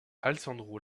alessandro